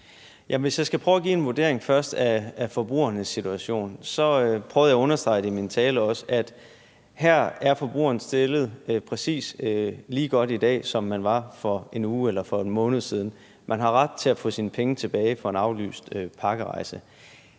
vil jeg sige – og jeg prøvede også at understrege det i min besvarelse – at her er forbrugerne stillet præcis lige så godt i dag, som man var for 1 uge eller for 1 måned siden: Man har ret til at få sine penge tilbage for en aflyst pakkerejse.